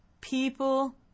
people